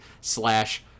slash